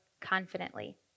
confidently